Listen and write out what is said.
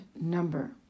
number